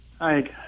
Hi